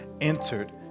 entered